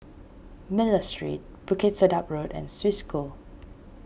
Miller Street Bukit Sedap Road and Swiss School